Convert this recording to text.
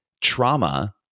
Trauma